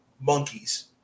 Monkeys